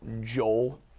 Joel